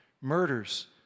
murders